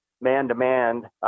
man-to-man